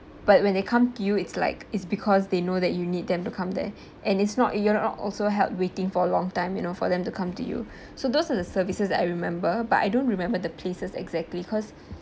but when they come to you it's like is because they know that you need them to come there and it's not you're also held waiting for a long time you know for them to come to you so those are the services that I remember but I don't remember the places exactly because